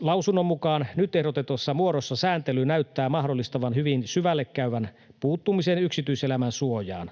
lausunnon mukaan nyt ehdotetussa muodossa sääntely näyttää mahdollistavan hyvin syvälle käyvän puuttumisen yksityiselämän suojaan.